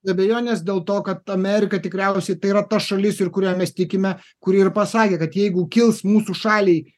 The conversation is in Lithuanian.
be abejonės dėl to kad amerika tikriausiai tai yra ta šalis ir kuria mes tikime kuri ir pasakė kad jeigu kils mūsų šaliai